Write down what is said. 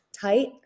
tight